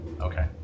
Okay